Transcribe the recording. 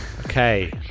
Okay